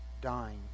dying